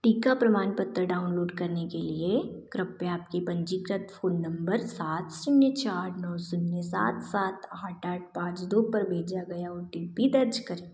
टीका प्रमाणपत्र डाउनलोड करने के लिए कृपया आपके पंजीकृत फ़ोन नम्बर सात शून्य चार नौ शून्य सात सात आठ आठ पाँच दो पर भेजा गया ओ टी पी दर्ज करें